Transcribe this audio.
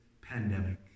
pandemic